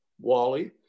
Wally